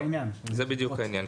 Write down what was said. זה בדיוק העניין,